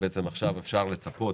עכשיו אפשר לצפות